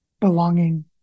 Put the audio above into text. belonging